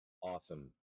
awesome